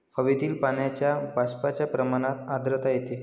हवेतील पाण्याच्या बाष्पाच्या प्रमाणात आर्द्रता येते